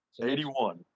81